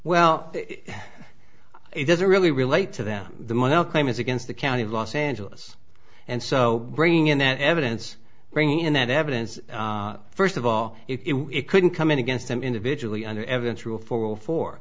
well it doesn't really relate to them the money i'll claim is against the county of los angeles and so bringing in that evidence bringing in that evidence first of all it couldn't come in against them individually under evidence rule for